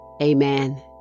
Amen